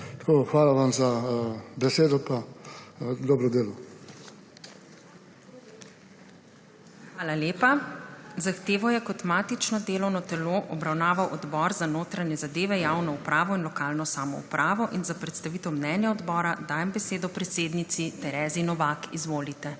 MAG. URŠKA KLAKOČAR ZUPANČIČ:** Hvala lepa. Zahtevo je kot matično delovno telo obravnaval Odbor za notranje zadeve, javno upravo in lokalno samoupravo. Za predstavitev mnenja odbora dajem besedo predsednici Terezi Novak. Izvolite.